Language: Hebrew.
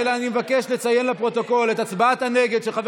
אני מבקש לציין לפרוטוקול את הצבעת הנגד של חבר